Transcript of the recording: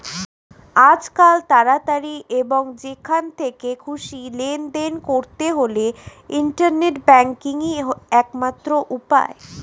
আজকাল তাড়াতাড়ি এবং যেখান থেকে খুশি লেনদেন করতে হলে ইন্টারনেট ব্যাংকিংই একমাত্র উপায়